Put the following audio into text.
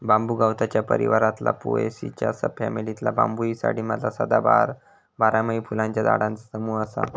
बांबू गवताच्या परिवारातला पोएसीच्या सब फॅमिलीतला बांबूसाईडी मधला सदाबहार, बारमाही फुलांच्या झाडांचा समूह असा